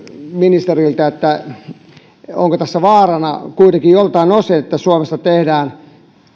ministeriltä onko tässä vaarana kuitenkin joltain osin että suomesta tehdään